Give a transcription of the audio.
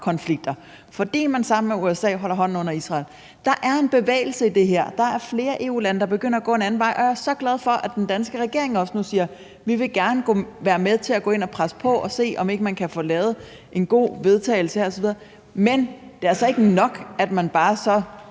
konflikter, fordi man sammen med USA holder hånden under Israel. Der er en bevægelse i det her. Der er flere EU-lande, der begynder at gå en anden vej, og jeg er så glad for, at den danske regering også nu siger, at man gerne vil være med til at gå ind og presse på og se, om ikke man kan få lavet et godt forslag til vedtagelse her osv. Men det er altså ikke nok, at man så